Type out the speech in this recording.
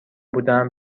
بودم